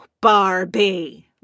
Barbie